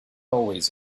always